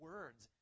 words